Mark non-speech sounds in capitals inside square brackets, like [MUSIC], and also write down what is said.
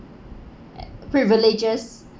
[NOISE] privileges